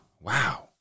Wow